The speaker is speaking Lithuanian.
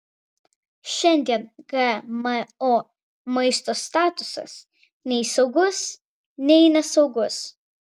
šiandien gmo maisto statusas nei saugus nei nesaugus